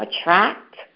attract